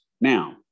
Now